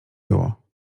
było